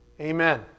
Amen